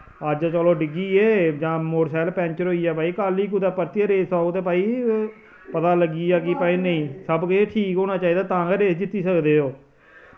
अज्ज चलो डिग्गियै जां मोटरसैकल पैंचर होइया भाई कल गी कुतै परतियै रेस औग ते भाई पता लग्गिया कि भाई नेईं सब किश ठीक होना चाहिदा तां गै रेस जित्ती सकदे ओ